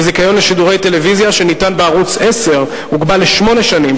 וזיכיון לשידורי טלוויזיה שניתן בערוץ-10 הוגבל לשמונה שנים,